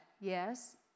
yes